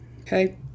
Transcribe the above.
okay